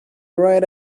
right